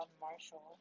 Marshall